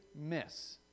miss